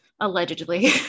allegedly